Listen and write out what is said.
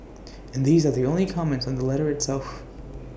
and these are the only comments on the letter itself